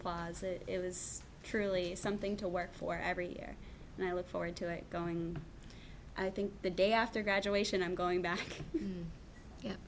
use it was truly something to work for every year and i look forward to it going i think the day after graduation i'm going back